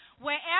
wherever